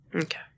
Okay